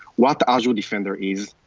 what the azure defender is,